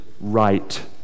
right